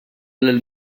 lill